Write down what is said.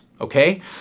okay